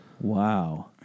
Wow